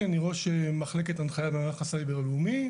ראש מחלקת הנחיה במערך הסייבר הלאומי,